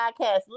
Podcast